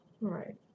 Right